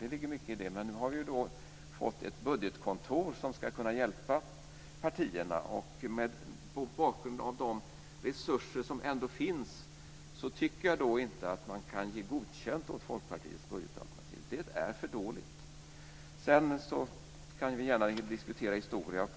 Det ligger mycket i det. Men nu har vi fått ett budgetkontor som ska kunna hjälpa partierna, och mot bakgrund av de resurser som finns tycker jag inte att man kan ge godkänt åt Folkpartiets budgetalternativ. Det är för dåligt. Vi kan gärna diskutera historia.